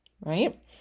Right